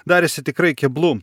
darėsi tikrai keblu